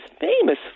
famous